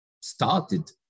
started